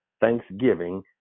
thanksgiving